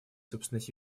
собственной